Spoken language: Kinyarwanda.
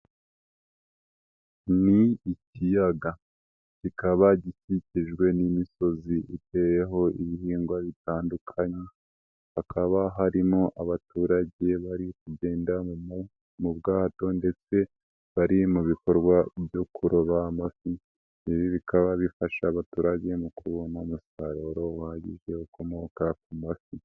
Ni ikiyaga kikaba gikikijwe n'imisozi iteyeho ibihingwa bitandukanye, hakaba harimo abaturage bari kugenda mu bwato ndetse bari mu bikorwa byo kuroba amafi, ibi bikaba bifasha abaturage mu kubona kubona umusaruro uhagije ukomoka ku mafi.